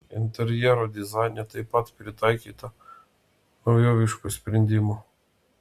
interjero dizaine taip pat pritaikyta naujoviškų sprendimų